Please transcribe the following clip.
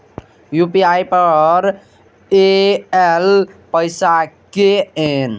UPI पर आएल पैसा कै कैन?